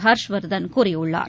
ஹர்ஷ்வர்தன் கூறியுள்ளார்